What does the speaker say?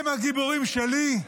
הם הגיבורים שלי.